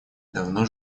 давно